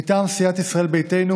מטעם סיעת ישראל ביתנו,